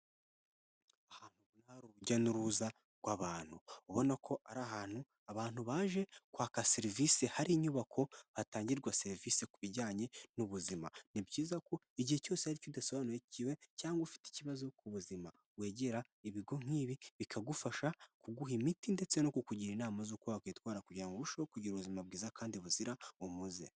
Ahantu hari urujya n'uruza rw'abantu ubona ko ari ahantu abantu baje kwaka serivisi hari inyubako hatangirwa serivisi ku bijyanye n'ubuzima ni byiza ko igihe cyose ari icyo udasobanukiwe cyangwa ufite ikibazo ku buzima wegera ibigo nk'ibi bikagufasha kuguha imiti ndetse no kukugira inama z'uko wakwitwara kugirango ngo urusheho kugira ubuzima bwiza kandi buzira umuze.